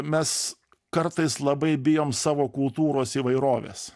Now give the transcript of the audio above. mes kartais labai bijom savo kultūros įvairovės